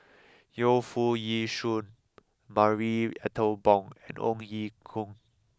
Yu Foo Yee Shoon Marie Ethel Bong and Ong Ye Kung